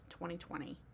2020